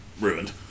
ruined